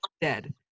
dead